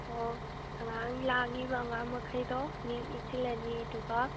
ꯑꯣ ꯑꯉꯥꯡ ꯂꯥꯡꯏꯕ ꯑꯉꯥꯡ ꯃꯈꯩꯗꯣ ꯃꯤꯡ ꯏꯁꯤꯟꯂꯅꯤ ꯑꯗꯨꯒ